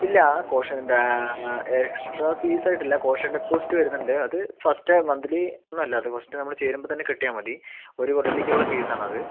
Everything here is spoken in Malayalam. ഇല്ല കോഷൻ എക്സ്ട്രാ ഫീസായിട്ടില്ല കോഷൻ ഡെപ്പോസിറ്റ് വരുന്നുണ്ട് അത് ഫസ്റ്റ് മന്ത്ലി ഒന്നുമല്ല അത് ഫസ്റ്റ് നമ്മൾ ചേരുമ്പോൾ തന്നെ കെട്ടിയാൽ മതി ഒരുകൊല്ലത്തേക്കുള്ള ഫീസാണത്